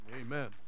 Amen